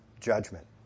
judgment